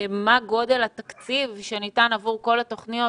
מה גודל התקציב שניתן עבור כל התוכניות,